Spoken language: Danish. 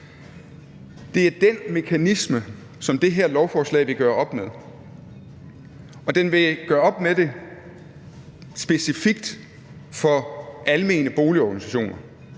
Det er den mekanisme, det her lovforslag vil gøre op med, og det vil gøre op med det specifikt for almene boligorganisationer.